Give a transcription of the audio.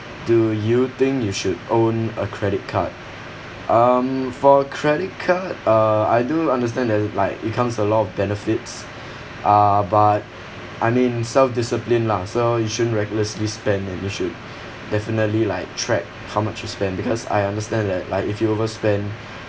do you think you should own a credit card um for credit card uh I do understand there's like it comes with a lot of benefits uh but I mean self-discipline lah so you shouldn't recklessly spend and you should definitely like track how much you spend because I understand that like if you overspend